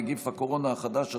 נגיף הקורונה החדש),